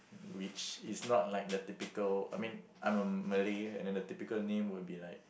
rich is not like the typical I mean I'm a Malay and then the typical name will be like